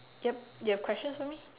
yup you have question for me